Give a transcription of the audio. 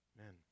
Amen